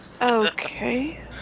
Okay